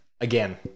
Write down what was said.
Again